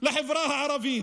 לחברה הערבית.